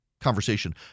Conversation